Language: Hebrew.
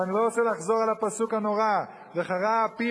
ואני לא רוצה לחזור על הפסוק הנורא: וחרה אפי